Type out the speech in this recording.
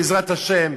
בעזרת השם,